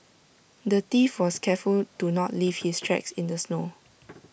the thief was careful to not leave his tracks in the snow